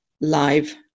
live